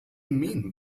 mean